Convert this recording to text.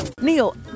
Neil